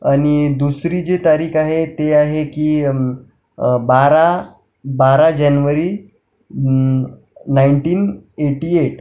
आणि दुसरी जी तारीख आहे ती आहे की बारा बारा जनवरी नाइन्टीन एटी एट